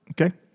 Okay